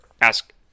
ask